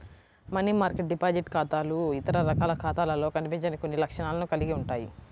money market deposit ఖాతాలు ఇతర రకాల ఖాతాలలో కనిపించని కొన్ని లక్షణాలను కలిగి ఉంటాయి